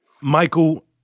Michael